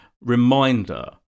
reminder